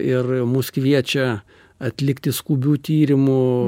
ir mus kviečia atlikti skubių tyrimų